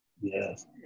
yes